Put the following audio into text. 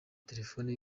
telephone